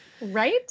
Right